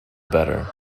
better